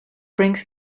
brings